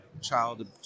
child